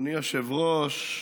אדוני היושב-ראש,